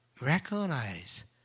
recognize